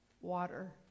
water